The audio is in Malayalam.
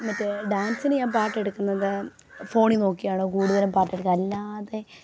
മറ്റേ ഡാൻസിന് ഞാൻ പാട്ട് എടുക്കുന്നത് ഫോണിൽ നോക്കിയാണ് കൂടുതലും പാട്ട് എടുക്കുക അല്ലാതെ